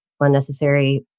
unnecessary